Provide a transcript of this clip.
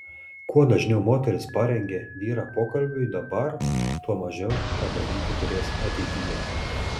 kuo dažniau moteris parengia vyrą pokalbiui dabar tuo mažiau tą daryti turės ateityje